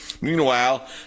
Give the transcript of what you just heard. Meanwhile